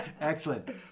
Excellent